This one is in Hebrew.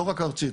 לא רק ארצית.